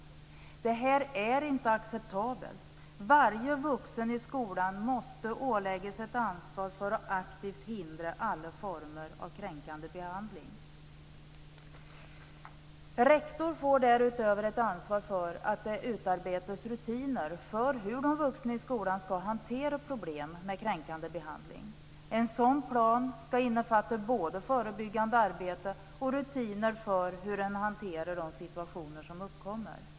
Det här är inte acceptabelt. Varje vuxen i skolan måste åläggas ett ansvar för att aktivt hindra alla former av kränkande behandling. Rektor får därutöver ett ansvar för att det utarbetas rutiner för hur de vuxna i skolan skall hantera problem med kränkande behandling. En sådan plan bör innefatta både förebyggande arbete och rutiner för hur man hanterar situationer som uppkommer.